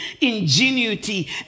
ingenuity